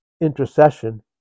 intercession